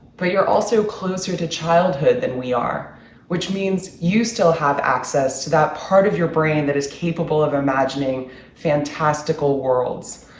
but you're also closer to childhood than we are, which means you still have access to that part of your brain that is capable of imagining fantastical worlds.